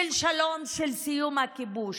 של שלום, של סיום הכיבוש.